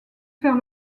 faire